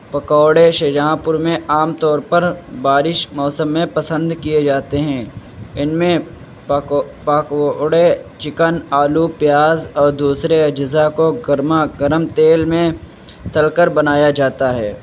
پکوڑے Shahjahanpur میں عام طور پر بارش موسم میں پسند کیے جاتے ہیں ان میں پکوڑے چکن آلو پیاز اور دوسرے اجزا کو گرماگرم تیل میں تل کر بنایا جاتا ہے